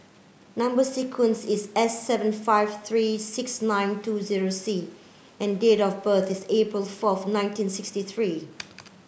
number sequence is S seven five three six nine two zero C and date of birth is April fourth nineteen sixty three